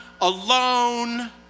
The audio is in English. alone